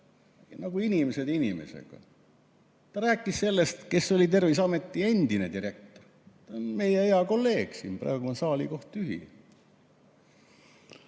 nagu inimesed inimesega. Ta rääkis sellest, kes oli Terviseameti endine direktor, meie hea kolleeg siin, praegu on saalikoht tühi.